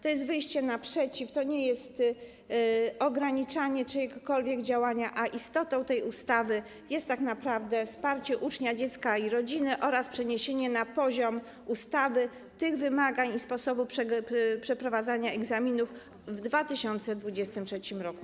To jest wyjście naprzeciw, to nie jest ograniczanie czyjegokolwiek działania, a istotą tej ustawy jest tak naprawdę wsparcie ucznia, dziecka i rodziny oraz przeniesienie na poziom ustawy wymagań i sposobu przeprowadzania egzaminów w 2023 r.